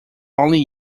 only